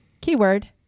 keyword